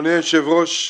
אדוני היושב ראש,